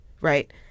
right